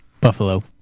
Buffalo